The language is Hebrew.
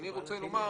אני רוצה לומר